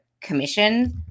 commission